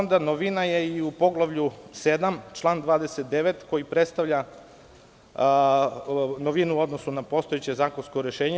Novina je i u poglavlju 7. član 29, koji predstavlja novinu u odnosu na postojeće zakonsko rešenje.